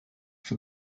for